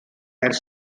ers